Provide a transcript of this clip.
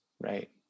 Right